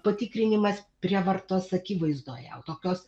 patikrinimas prievartos akivaizdoje jau tokios